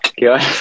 Good